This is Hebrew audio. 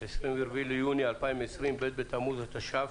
24 ביוני 2020, ב' בתמוז התש"ף.